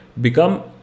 become